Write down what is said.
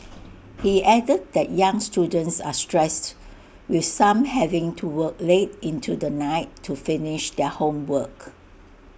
he added that young students are stressed with some having to work late into the night to finish their homework